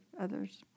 others